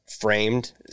framed